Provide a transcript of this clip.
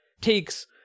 takes